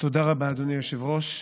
תודה רבה, אדוני היושב-ראש.